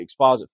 exposit